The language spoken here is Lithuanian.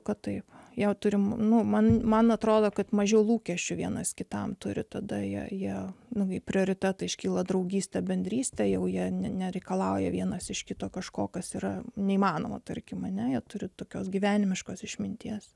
kad tai jau turime nu man man atrodo kad mažiau lūkesčių vienas kitam turi tada jie nūnai prioritetai iškyla draugystę bendrystę jau jie nereikalauja vienas iš kito kažko kas yra neįmanoma tarkime neturi tokios gyvenimiškos išminties